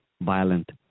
violent